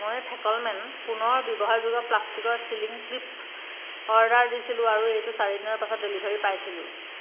মই ফেকলমেন পুনৰ ব্যৱহাৰযোগ্য প্লাষ্টিকৰ ছিলিং ক্লিপ অৰ্ডাৰ দিছিলোঁ আৰু এইটোৰ চাৰি দিনৰ পাছত ডেলিভাৰী পাইছিলোঁ